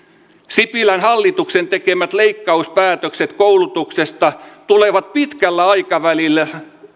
sipilän hallituksen tekemät leikkauspäätökset koulutuksesta tulevat pitkällä aikavälillä